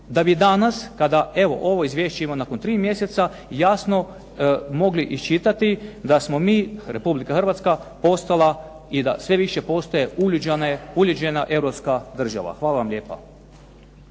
da bi danas kada evo ovo izvješće imamo nakon tri mjeseca jasno mogli iščitati da smo mi Republika Hrvatska postala i da sve više postaje uljuđena europska država. Hvala vam lijepa.